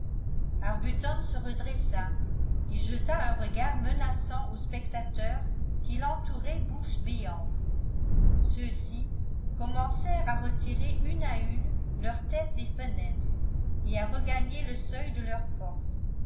arbuton se redressa et jeta un regard menaçant aux spectateurs qui l'entouraient bouche béante ceux-ci commencèrent à retirer une à une leurs têtes des fenêtres et à regagner le seuil de leurs portes